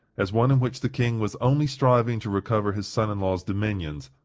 as one in which the king was only striving to recover his son-in-law's dominions,